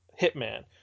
hitman